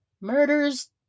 murders